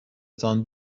تان